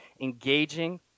engaging